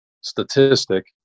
statistic